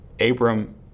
Abram